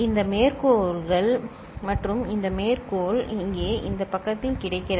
இந்த மேற்கோள்கள் மற்றும் இந்த மேற்கோள் இங்கே இந்த பக்கத்தில் கிடைக்கிறது